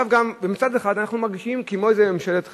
מצד אחד, אנחנו מרגישים כמו איזה ממשלת חלם.